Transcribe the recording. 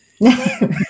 no